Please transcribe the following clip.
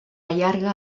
llarga